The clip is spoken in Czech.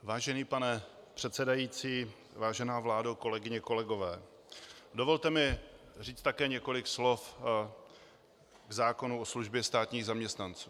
Vážený pane předsedající, vážená vládo, kolegyně a kolegové, dovolte mi říct také několik slov k zákonu o službě státních zaměstnanců.